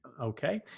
Okay